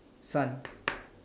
sun